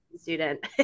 student